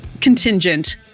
contingent